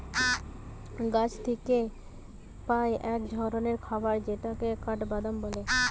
গাছ থিকে পাই এক ধরণের খাবার যেটাকে কাঠবাদাম বলে